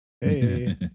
Hey